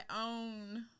own